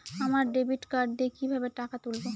আমরা debit card দিয়ে কিভাবে টাকা তুলবো?